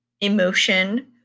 emotion